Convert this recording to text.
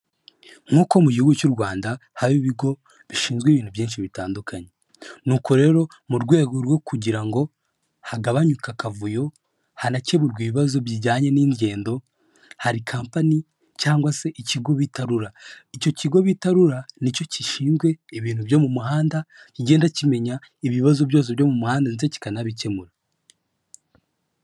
Nk'uko mu gihugu cy'u Rwanda haba ibigo bishinzwe ibintu byinshi bitandukanye, nuko rero mu rwego rwo kugira ngo hagabanyuke akavuyo hanakemurwe ibibazo bijyanye n'ingendo hari kampani cyangwa se ikigo bita RURA, icyo kigo bita RURA nicyo gishinzwe ibintu byo mu muhanda kigenda kimenya ibibazo byose byo muhanda ndetse kikanabikemura.